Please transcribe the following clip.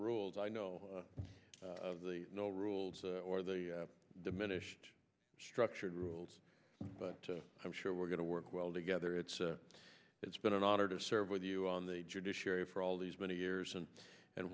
rules i know of the no rules or the diminished structured rules but i'm sure we're going to work well together it's it's been an honor to serve with you on the judiciary for all these many years and and